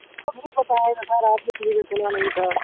تو نہیں پتہ ہے نا سر آپ نے کلئیر سے سُنا نہیں تھا